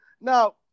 now